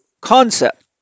concept